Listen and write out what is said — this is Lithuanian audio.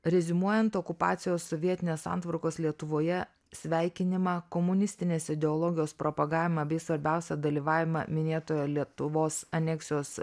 reziumuojant okupacijos sovietinės santvarkos lietuvoje sveikinimą komunistinės ideologijos propagavimą bei svarbiausia dalyvavimą minėtojo lietuvos aneksijos